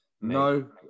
no